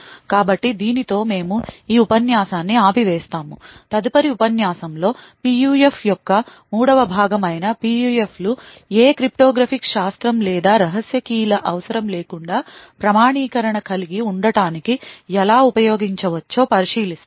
కాబట్టి దీనితో మేము ఈ ఉపన్యాసాన్ని ఆపివేస్తాముతదుపరి ఉపన్యాసంలో PUF యొక్క మూడవ భాగం అయినPUF లు ఏ cryptographic శాస్త్రం లేదా రహస్య key ల అవసరం లేకుండా ప్రామాణీకరణ కలిగి ఉండటానికి ఎలా ఉపయోగించవచ్చో పరిశీలిస్తాము